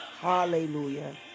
Hallelujah